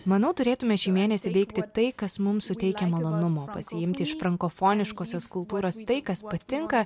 manau turėtume šį mėnesį veikti tai kas mums suteikia malonumo pasiimti iš frankofoniškosios kultūros tai kas patinka